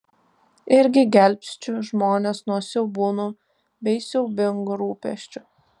irgi gelbsčiu žmones nuo siaubūnų bei siaubingų rūpesčių